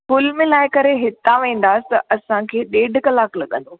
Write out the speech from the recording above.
कुलु मिलाए करे हितां वेंदासीं त असांखे ॾेढ कलाकु लॻंदो